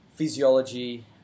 physiology